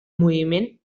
moviment